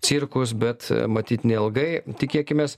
cirkus bet matyt neilgai tikėkimės